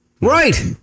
Right